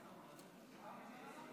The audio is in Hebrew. להלן תוצאות